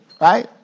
right